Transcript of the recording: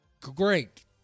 Great